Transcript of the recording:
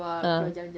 ah